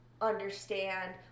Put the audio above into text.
understand